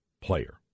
player